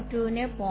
02 നെ 0